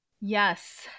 Yes